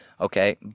Okay